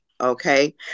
okay